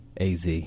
AZ